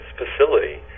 facility